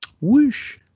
Whoosh